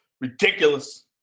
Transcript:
ridiculous